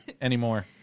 anymore